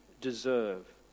deserve